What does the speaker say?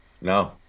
no